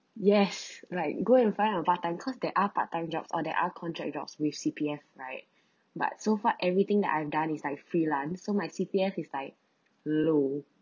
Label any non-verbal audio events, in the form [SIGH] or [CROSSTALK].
yes like go and find a part time cause there are part time jobs or there are contract jobs with C_P_F right [BREATH] but so far everything that I've done is like freelance so my C_P_F is like low